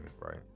right